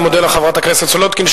אני מודה לחברת הכנסת סולודקין.